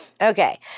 Okay